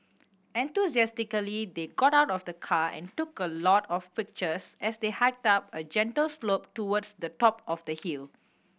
enthusiastically they got out of the car and took a lot of pictures as they hiked up a gentle slope towards the top of the hill